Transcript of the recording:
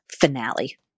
finale